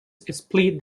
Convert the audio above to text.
split